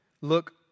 look